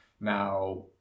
Now